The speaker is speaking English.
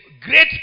great